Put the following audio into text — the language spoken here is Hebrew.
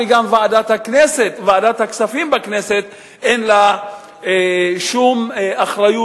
וגם ועדת הכספים בכנסת אין לה שום אחריות